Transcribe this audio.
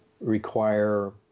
require